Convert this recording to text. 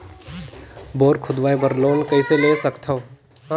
Bore खोदवाय बर loan कइसे ले सकथव?